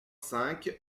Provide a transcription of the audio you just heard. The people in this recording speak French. cinq